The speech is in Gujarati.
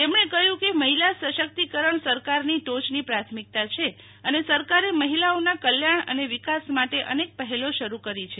તેમણે કહ્યું કે મહિલા સશક્તિકરણ સરકારની ટોચની પ્રાથમિકતા છે અને સરકારે મહિલાઓના કલ્યાજ્ઞ અને વીકાસ માટે અનેક પહેલો શરૂ કરી છે